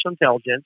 intelligence